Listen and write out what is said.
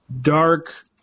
dark